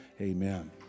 Amen